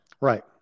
right